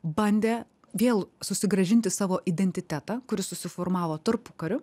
bandė vėl susigrąžinti savo identitetą kuris susiformavo tarpukariu